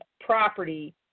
property